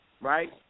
Right